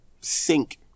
sink